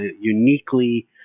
uniquely